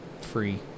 free